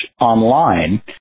online